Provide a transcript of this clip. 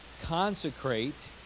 Consecrate